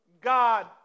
God